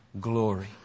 glory